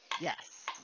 Yes